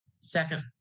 Second